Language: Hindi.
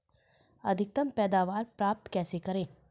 अधिकतम पैदावार प्राप्त कैसे करें?